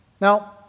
Now